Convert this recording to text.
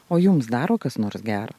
o jums daro kas nors gero